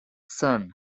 son